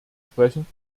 sprechen